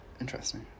Interesting